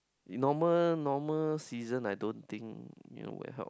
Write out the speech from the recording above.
normal normal season I don't think will help